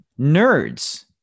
Nerds